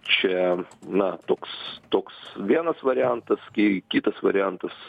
čia na toks toks vienas variantas ki kitas variantas